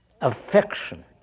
affection